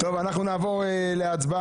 טוב, אנחנו נעבור להצבעה.